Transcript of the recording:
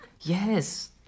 yes